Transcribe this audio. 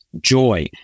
joy